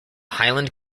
highland